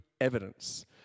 evidence